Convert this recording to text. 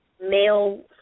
male